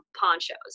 ponchos